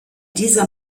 dieser